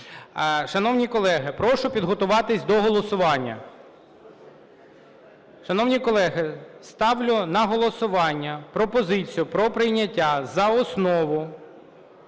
Шановні колеги, прошу підготуватися до голосування. Шановні колеги, ставлю на голосування пропозицію про прийняття за основу